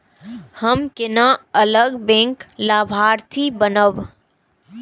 हम केना अलग बैंक लाभार्थी बनब?